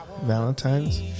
Valentine's